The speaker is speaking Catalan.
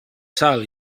sal